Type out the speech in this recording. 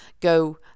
go